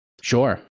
Sure